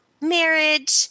marriage